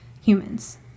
Humans